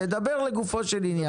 תדבר לגופו של עניין.